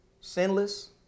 sinless